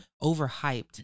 over-hyped